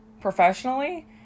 professionally